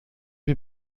wie